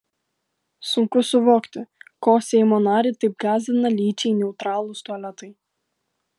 sunku suvokti ko seimo narį taip gąsdina lyčiai neutralūs tualetai